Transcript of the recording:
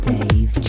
Dave